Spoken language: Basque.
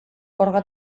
orga